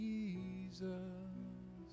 Jesus